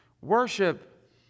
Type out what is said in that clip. Worship